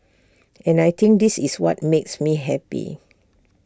and I think this is what makes me happy